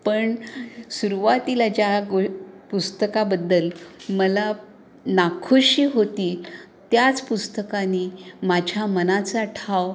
पण सुरुवातीला ज्या गो पुस्तकाबद्दल मला नाखुशी होती त्याच पुस्तकाने माझ्या मनाचा ठाव